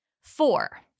Four